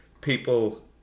people